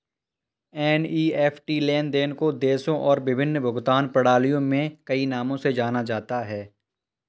NEFT लेन देन को देशों और विभिन्न भुगतान प्रणालियों में कई नामों से जाना जाता है